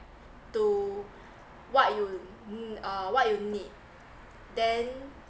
to what you mm uh what you need then